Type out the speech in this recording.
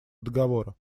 договора